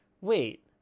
Wait